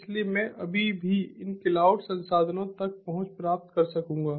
इसलिए मैं अभी भी इन क्लाउड संसाधनों तक पहुँच प्राप्त कर सकूंगा